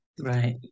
Right